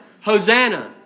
Hosanna